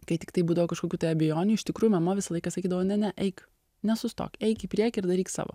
kai tiktai būdavo kažkokių tai abejonių iš tikrųjų mama visą laiką sakydavo ne ne eik nesustok eik į priekį ir daryk savo